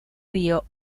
río